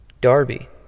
Darby